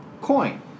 coin